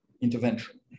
intervention